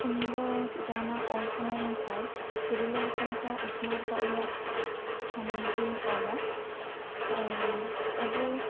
ᱤᱧ ᱫᱚ ᱡᱟᱦᱟᱱᱟᱜ ᱚᱞ ᱥᱟᱱᱟᱭᱤᱧ ᱠᱷᱟᱡ ᱛᱤᱨᱞᱟᱹ ᱦᱚᱯᱚᱱ ᱠᱚ ᱩᱛᱱᱟᱹᱣ ᱨᱮᱭᱟᱜ ᱥᱚᱢᱚᱫᱷᱮ ᱜᱮᱧ ᱚᱞᱟ ᱟᱹᱵᱩ